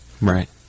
Right